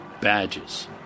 badges